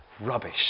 rubbish